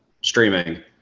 streaming